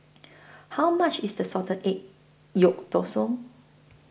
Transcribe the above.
How much IS The Salted Egg Yolk